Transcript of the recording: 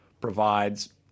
provides